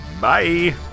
Bye